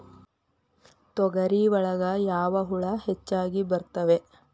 ತೊಗರಿ ಒಳಗ ಯಾವ ಹುಳ ಹೆಚ್ಚಾಗಿ ಬರ್ತವೆ?